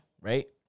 Right